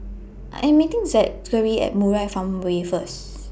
I'm meeting Zachery At Murai Farmway First